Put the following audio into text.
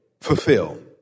fulfill